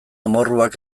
amorruak